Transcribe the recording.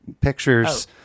pictures